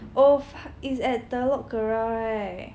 oh it's at Telok Kurau right